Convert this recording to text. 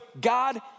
God